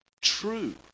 true